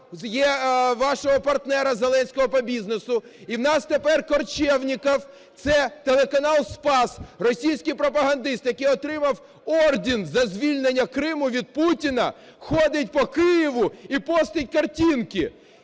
вашого партнера Зеленського по бізнесу. І в нас тепер Корчевніков - це телеканал "Спас", російський пропагандист, який отримав орден "За звільнення Криму" від Путіна, ходить по Києву і постить картинки.